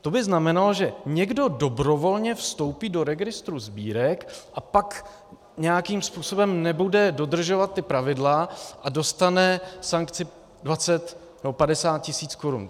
To by znamenalo, že někdo dobrovolně vstoupí do registru sbírek a pak nějakým způsobem nebude dodržovat pravidla a dostane sankci 20 nebo 50 tisíc korun.